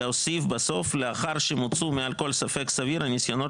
להוסיף בסוף "לאחר שמוצו מעל כל ספק סביר הניסיונות